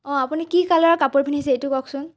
অ আপুনি কি কালাৰৰ কাপোৰ পিন্ধিছে সেইটো কওকচোন